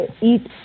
eat